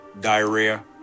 diarrhea